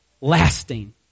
lasting